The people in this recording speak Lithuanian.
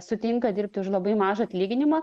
sutinka dirbti už labai mažą atlyginimą